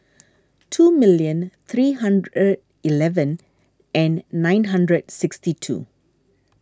two million three hundred eleven and nine hundred sixty two